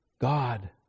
God